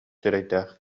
сирэйдээх